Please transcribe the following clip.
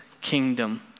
kingdom